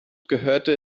gehörte